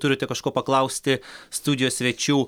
turite kažko paklausti studijos svečių